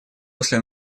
после